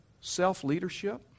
self-leadership